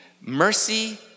mercy